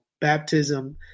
baptism